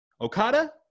Okada